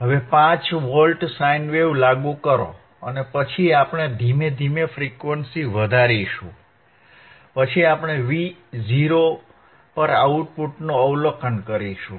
હવે 5 volt sine wave લાગુ કરો અને પછી આપણે ધીમે ધીમે ફ્રિક્વન્સી વધારીશું પછી આપણે Vo પર આઉટપુટનું અવલોકન કરીશું